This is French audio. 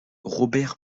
robert